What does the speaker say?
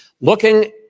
Looking